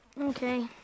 Okay